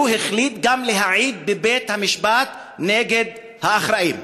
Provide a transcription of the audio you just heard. הוא החליט גם להעיד בבית-המשפט נגד האחראים.